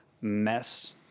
mess